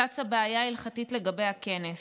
צצה בעיה הלכתית לגבי הכנס.